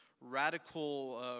radical